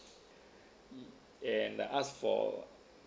and ask for